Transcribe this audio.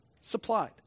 supplied